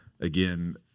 again